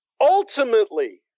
ultimately